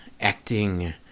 acting